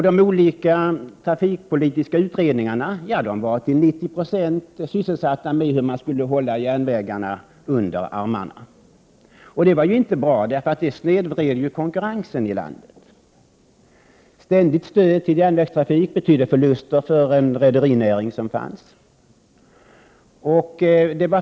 De olika trafikpolitiska utredningarna var till 90 96 sysselsatta med att finna medel att hålla järnvägarna under armarna. Det var inte bra; det snedvred konkurrensen i landet. Ständigt stöd till järnvägstrafiken betydde förluster för den rederinäring som fanns.